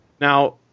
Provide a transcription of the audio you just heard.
Now